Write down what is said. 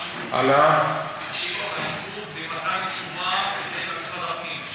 לשאלת העיכוב במתן תשובה ממשרד הפנים,